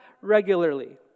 regularly